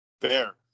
Fair